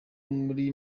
muri